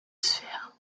sphère